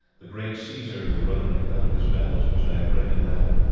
the great caesar, who wrote an account of his battles which i have read in latin,